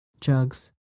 jugs